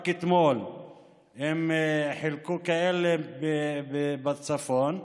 רק אתמול הם חילקו כאלה בצפון.